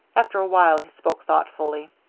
after a while he spoke thoughtfully.